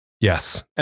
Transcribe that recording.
Yes